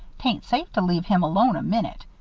tain't safe to leave him alone a minute.